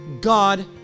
God